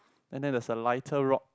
and then there's a lighter rock